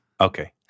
Okay